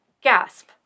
Gasp